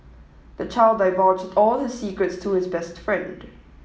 the child divulged all his secrets to his best friend